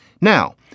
Now